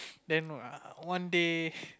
then err one day